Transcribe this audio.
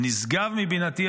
ונשגב מבינתי,